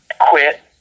quit